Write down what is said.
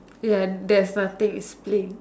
and there is nothing is plain